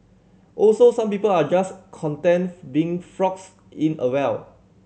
also some people are just content being frogs in a well